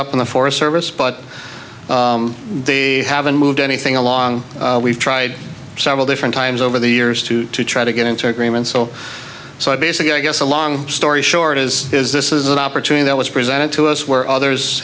up in the forest service but they haven't moved anything along we've tried several different times over the years to try to get into agreement so so i basically i guess a long story short is is this is an opportunity that was presented to us where others